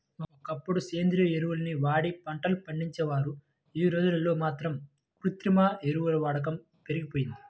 ఒకప్పుడు సేంద్రియ ఎరువుల్ని వాడి పంటలు పండించేవారు, యీ రోజుల్లో మాత్రం కృత్రిమ ఎరువుల వాడకం పెరిగిపోయింది